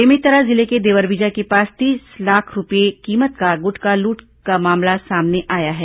बेमेतरा जिले के देवरबीजा के पास तीस लाख रूपये कीमत का गुटखा लूट का मामला सामने आया है